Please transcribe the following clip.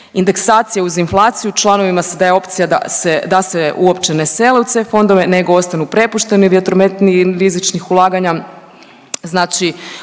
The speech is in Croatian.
indeksacija uz inflaciju članovima se daje opcija da se uopće na sele u C fondove nego ostanu prepušteni vjetrometini rizičnih ulaganja.